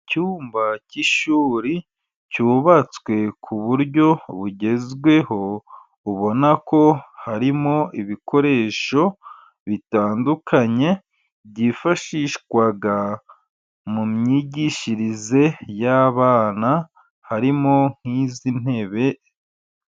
Icyumba cy'ishuri cyubatswe ku buryo bugezweho. Ubona ko harimo ibikoresho bitandukanye byifashishwa mu myigishirize y'abana harimo n'izi ntebe.